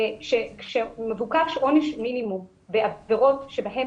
זה שכאשר מבוקש עונש מינימום בעבירות שבהן